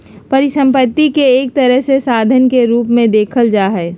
परिसम्पत्ति के एक तरह से साधन के रूप मे देखल जा हय